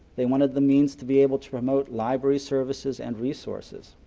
they wanted the means to be able to remote library services and resources.